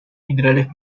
minerales